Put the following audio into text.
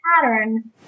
pattern